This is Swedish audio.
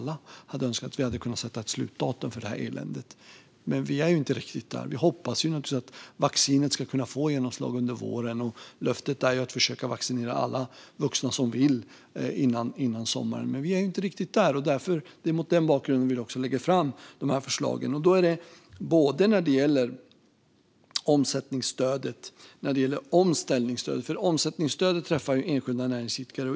Jag hade önskat att vi kunnat sätta ett slutdatum för det här eländet, och det tror jag att vi alla hade önskat. Men vi är inte riktigt där. Vi hoppas naturligtvis att vaccinet ska kunna få genomslag under våren. Löftet är ju att försöka vaccinera alla vuxna som vill före sommaren, men vi är inte riktigt där. Det är mot den bakgrunden vi lägger fram de här förslagen. Det gäller både omsättningsstödet och omställningsstödet. Omsättningsstödet träffar enskilda näringsidkare.